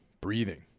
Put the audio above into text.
breathing